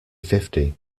fifty